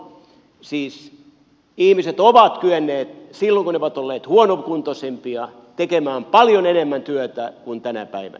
siis ihmiset ovat kyenneet silloin kun he ovat olleet huonompikuntoisia tekemään paljon enemmän työtä kuin tänä päivänä